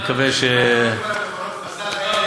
יש לי הרבה מה לומר על מפעל הפיס.